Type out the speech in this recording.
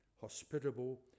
hospitable